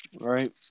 Right